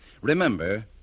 Remember